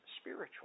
spiritual